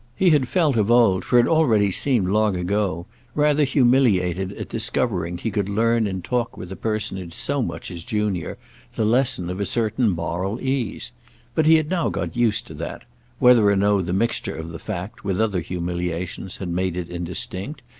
he had felt of old for it already seemed long ago rather humiliated at discovering he could learn in talk with a personage so much his junior the lesson of a certain moral ease but he had now got used to that whether or no the mixture of the fact with other humiliations had made it indistinct,